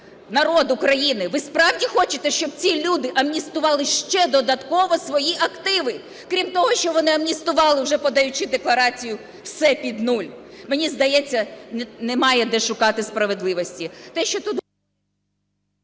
народ України, ви справді хочете, щоб ці люди амністували ще додатково свої активи, крім того, що вони амністували вже, подаючи декларацію, все під нуль? Мені здається, немає де шукати справедливості.